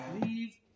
leave